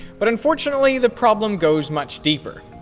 but unfortunately the problem goes much deeper.